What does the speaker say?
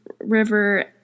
River